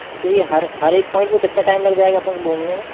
अच्छा ये हर हर एक पॉइन्ट पर कितना टाइम लग जाएगा अपन को घूमने में